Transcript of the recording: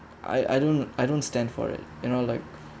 I I don't I don't stand for it you know like